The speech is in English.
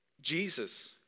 Jesus